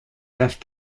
left